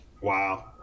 wow